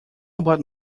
about